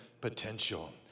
potential